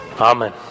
Amen